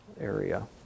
area